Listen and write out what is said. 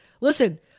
Listen